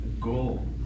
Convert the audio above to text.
goal